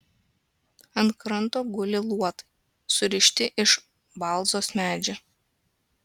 ant kranto guli luotai surišti iš balzos medžio